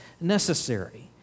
necessary